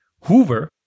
Hoover